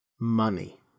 Money